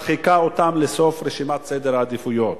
מדחיקה אותם לסוף רשימת סדר העדיפויות.